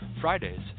Fridays